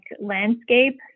landscape